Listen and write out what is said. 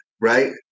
right